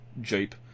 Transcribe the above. Jeep